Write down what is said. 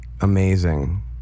amazing